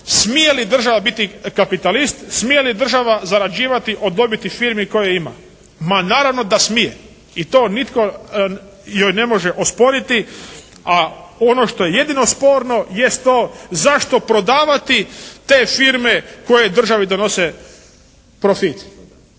smije li država bili kapitalist? Smije li država zarađivati od dobiti firmi koje ima? Ma naravno da smije. I to nitko joj ne može osporiti, a ono što je jedino sporno jest to zašto prodavati te firme koje državi donose profit?